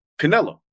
Canelo